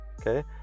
Okay